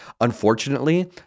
unfortunately